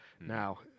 now